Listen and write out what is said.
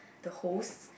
the host